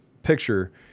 picture